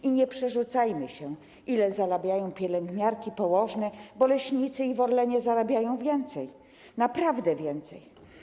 I nie przerzucajmy się tym, ile zarabiają pielęgniarki, położne, bo leśnicy i w Orlenie zarabiają więcej, naprawdę więcej.